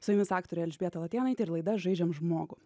su jumis aktorė elžbieta latėnaitė ir laida žaidžiam žmogų